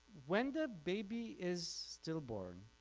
when the baby is stillborn